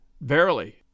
Verily